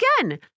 again